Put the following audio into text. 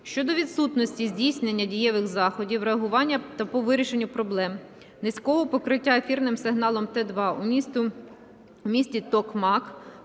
щодо відсутності здійснення дієвих заходів реагування по вирішенню проблеми низького покриття ефірним сигналом Т2 у м.Токмак,